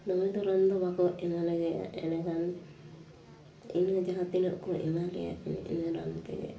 ᱫᱚᱢᱮ ᱫᱚ ᱨᱟᱱ ᱫᱚ ᱵᱟᱝ ᱠᱚ ᱮᱢᱟᱞᱮᱜᱮᱭᱟ ᱮᱸᱰᱮᱠᱷᱟᱱ ᱤᱱᱟᱹ ᱡᱟᱦᱟᱸ ᱛᱤᱱᱟᱜ ᱠᱚ ᱮᱢᱟ ᱞᱮᱭᱟ ᱮᱱᱮ ᱤᱱᱟᱹ ᱨᱟᱱᱛᱮᱜᱮ